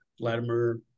Vladimir